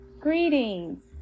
Greetings